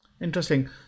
Interesting